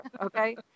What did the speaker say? Okay